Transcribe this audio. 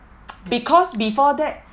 because before that